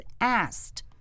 asked